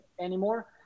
anymore